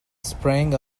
sprang